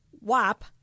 WAP